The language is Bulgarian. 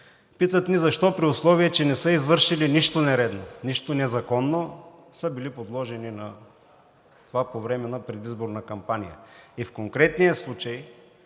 Питат ни защо, при условие че не са извършили нищо нередно, нищо незаконно са били подложени на това по време на предизборна кампания. В конкретния случай